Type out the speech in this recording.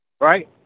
Right